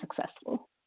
successful